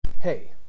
hey